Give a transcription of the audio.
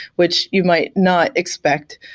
which you might not expect,